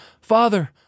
father